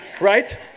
Right